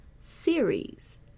series